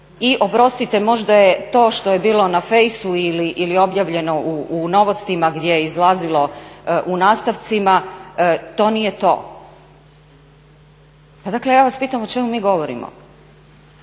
i oprostite možda je to što je bilo na faceu ili objavljeno u novostima gdje je izlazilo u nastavcima to nije to. Pa dakle ja vas pitam o čemu mi govorimo?